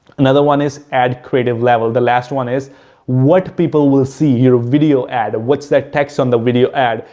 another one is ad creative level, the last one is what people will see, your video ad, what's that text on the video ad?